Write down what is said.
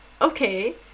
Okay